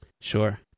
Sure